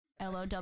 LOW